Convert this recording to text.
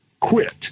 quit